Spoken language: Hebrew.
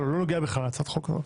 לא נוגע בכלל כתפיסה.